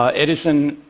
ah edison